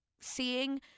seeing